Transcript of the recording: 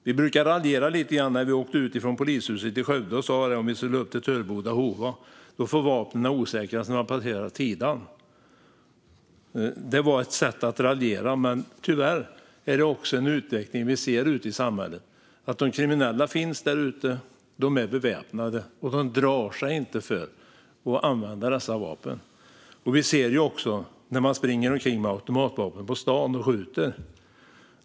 Vi brukade raljera lite grann när vi åkte ut från polishuset i Skövde och skulle upp till Töreboda och Hova. Vapnen får osäkras när vi passerar Tidan, sa vi. Det var ett sätt att raljera, men tyvärr är det också en utveckling vi ser ute i samhället: De kriminella finns där ute, de är beväpnade och de drar sig inte för att använda dessa vapen. Man springer omkring med automatvapen på stan och skjuter.